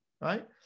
right